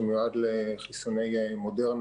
שמיועד לחיסוני "מודרנה",